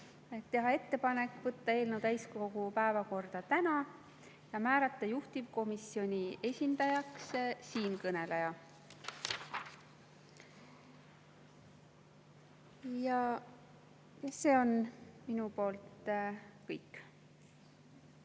teha ettepanek võtta eelnõu täiskogu päevakorda tänaseks ja määrata juhtivkomisjoni esindajaks siinkõneleja. See on minu poolt kõik.